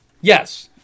Yes